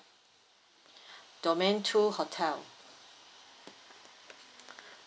domain two hotel